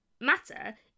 matter